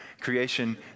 creation